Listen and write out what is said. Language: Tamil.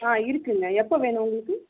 ஆ இருக்குதுங்க எப்போ வேணும் உங்களுக்கு